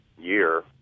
year